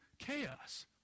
chaos